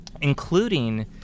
including